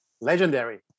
Legendary